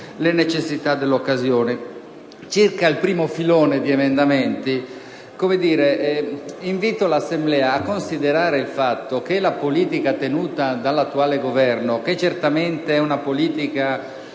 le necessità dell'occasione. Circa il primo filone di emendamenti, invito l'Assemblea a considerare il fatto che la politica tenuta dall'attuale Governo - che certamente è poco